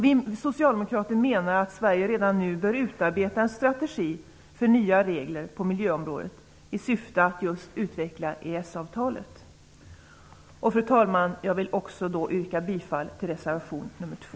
Vi socialdemokrater menar att Sverige redan nu bör utarbeta en strategi för nya regler på miljöområdet i syfte att just utveckla EES-avtalet. Fru talman! Jag vill också yrka bifall till reservation nr 2.